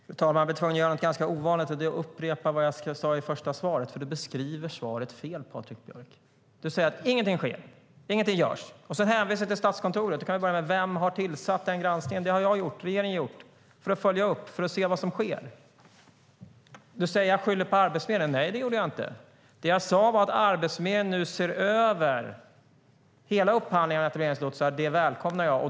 Fru talman! Jag blir tvungen att göra något ganska ovanligt, nämligen att upprepa vad jag sade i mitt första inlägg. Patrik Björck beskriver svaret fel. Du, Patrik Björck, säger att inget sker och inget görs, och sedan hänvisar du till Statskontoret. Vem har tillsatt den granskningen? Det har jag och regeringen gjort för att följa upp och se vad som sker. Du säger att jag skyller på Arbetsförmedlingen. Nej, det gör jag inte. Det jag sade var att Arbetsförmedlingen nu ser över hela upphandlingen av etableringslotsar och att jag välkomnar det.